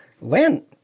land